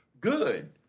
good